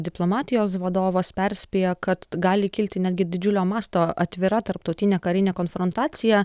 diplomatijos vadovas perspėjo kad gali kilti netgi didžiulio masto atvira tarptautinė karinė konfrontacija